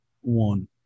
one